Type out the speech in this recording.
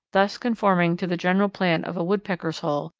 thus conforming to the general plan of a woodpecker's hole,